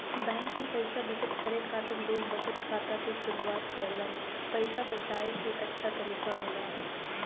bank में पइसा बचत करे खातिर लोग बचत खाता क शुरआत करलन पइसा बचाये क अच्छा तरीका होला